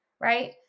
right